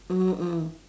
mm mm